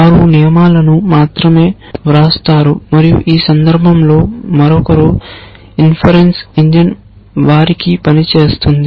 వారు నియమాలను మాత్రమే వ్రాస్తారు మరియు ఈ సందర్భంలో మరొకరు ఇన్ఫరన్స ఇంజిన్ వారికి పని చేస్తుంది